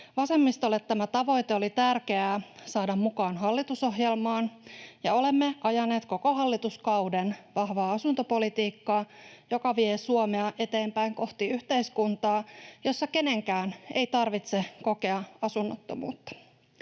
Vasemmistolle tämä tavoite oli tärkeää saada mukaan hallitusohjelmaan, ja olemme ajaneet koko hallituskauden vahvaa asuntopolitiikkaa, joka vie Suomea eteenpäin kohti yhteiskuntaa, jossa kenenkään ei tarvitse kokea asunnottomuutta.